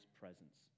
presence